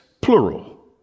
plural